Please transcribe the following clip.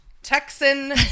Texan